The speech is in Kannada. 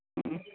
ಹ್ಞೂ